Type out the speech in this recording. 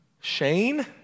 Shane